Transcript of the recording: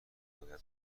باید